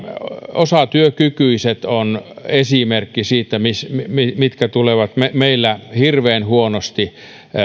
osatyökykyiset ovat esimerkki niistä jotka tulevat meillä hirveän huonosti